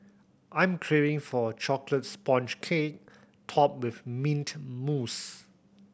I'm craving for a chocolate sponge cake topped with mint mousse